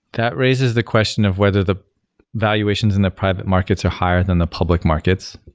that raises the question of whether the valuations in the private markets are higher than the public markets.